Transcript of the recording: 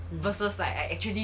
versus like I actually